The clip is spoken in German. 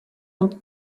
und